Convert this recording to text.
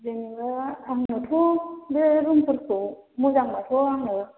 जेनोबा आंनाथ' बिदिनो रुमफोरखौ मोजां बाथ' आङो